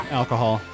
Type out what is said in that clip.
alcohol